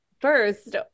first